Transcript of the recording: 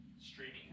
streaming